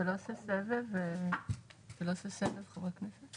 אתה לא עושה סבב בין חברי הכנסת?